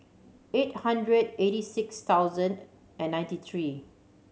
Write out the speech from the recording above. eight hundred eighty six thousand and ninety three